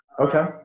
Okay